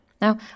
Now